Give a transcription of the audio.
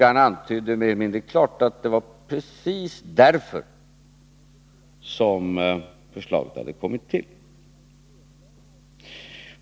Han antydde mer eller mindre klart att det var precis därför som förslaget hade kommit till.